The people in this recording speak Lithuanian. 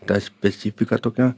ta specifika tokia